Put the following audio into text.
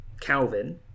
Calvin